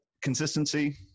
consistency